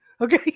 Okay